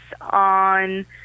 on